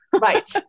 right